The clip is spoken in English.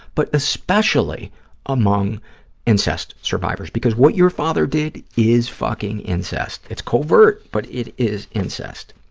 but especially among incest survivors, because what your father did is fucking incest. it's covert, but it is incest.